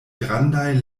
grandaj